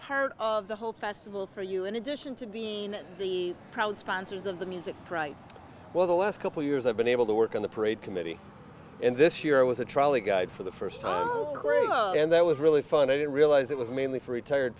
part of the whole festival for you in addition to being the proud sponsors of the music well the last couple years i've been able to work on the parade committee in this year with a trolley guide for the first time and that was really fun i didn't realize it was mainly for retired